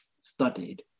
studied